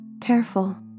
careful